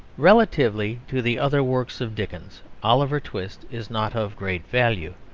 relatively to the other works of dickens oliver twist is not of great value,